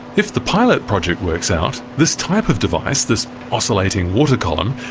if the pilot project works out, this type of device, this oscillating water column,